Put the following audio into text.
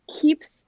keeps